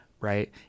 Right